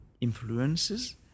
influences